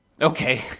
Okay